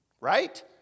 Right